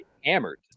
hammered